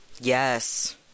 Yes